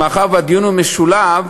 מאחר שהדיון הוא משולב,